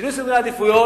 שינוי סדרי עדיפויות,